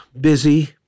busy